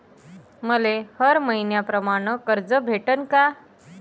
मले हर मईन्याप्रमाणं कर्ज भेटन का?